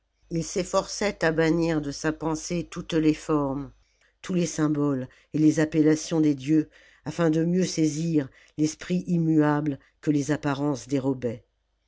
il s'efforçait à bannir de sa pensée toutes les formes tous les symboles et les appellations des dieux afin de mieux saisir l'esprit immuable que les apparences dérobaient